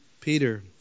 Peter